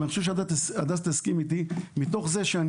אני חושב שהדס תגרי תסכים אתי מתוך זה שאני